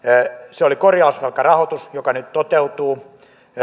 se oli korjausvelkarahoitus joka nyt toteutuu